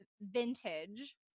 vintage